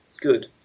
good